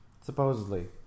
Supposedly